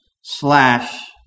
Slash